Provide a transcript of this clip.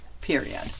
Period